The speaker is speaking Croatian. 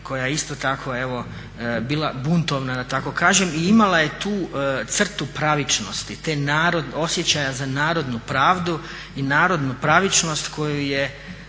koja je isto tako bila buntovna da tako kažem i imala je tu crtu pravičnosti, osjećaja za narodnu pravdu i narodnu pravičnost koju je